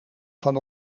van